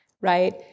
right